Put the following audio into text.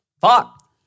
Fuck